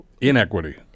Inequity